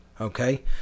okay